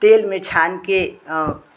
तेल में छान के